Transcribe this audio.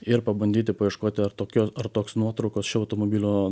ir pabandyti paieškoti ar tokio ar toks nuotraukos šio automobilio